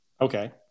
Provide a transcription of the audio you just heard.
Okay